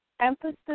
emphasis